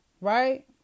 right